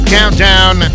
Countdown